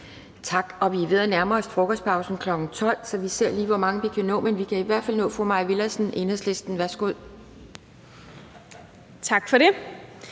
Tak. Vi er ved at nærme os frokostpausen kl. 12.00, så vi ser lige, hvor mange vi kan nå. Men vi kan i hvert fald nå fru Mai Villadsen, Enhedslisten. Værsgo. Kl.